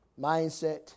mindset